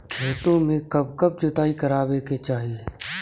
खेतो में कब कब जुताई करावे के चाहि?